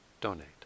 donate